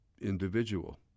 individual